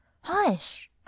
Hush